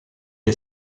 est